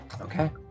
Okay